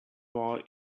bar